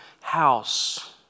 house